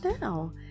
now